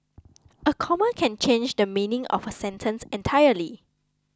a comma can change the meaning of a sentence entirely